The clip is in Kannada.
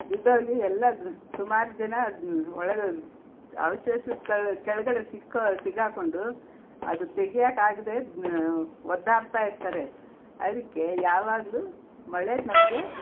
ಬಿದ್ಹೋಗಿ ಎಲ್ಲ ಸುಮಾರು ಜನ ಅದು ಒಳಗೆ ಅವಶೇಷದ ಕೆಳ ಕೆಳಗಡೆ ಸಿಕ್ಕಾ ಸಿಗ್ಹಾಕೊಂಡು ಅದು ತೆಗಿಯೋಕ್ಕಾಗ್ದೆ ಒದ್ದಾಡ್ತ ಇರ್ತಾರೆ ಅದಕ್ಕೆ ಯಾವಾಗಲೂ ಮಳೆ ನಮಗೆ